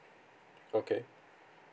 okay